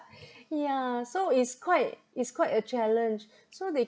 yeah so is quite is quite a challenge so they